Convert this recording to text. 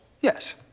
Yes